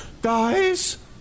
Guys